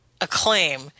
acclaim